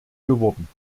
geworden